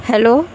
hello